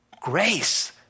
Grace